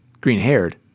green-haired